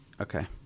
Okay